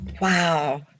Wow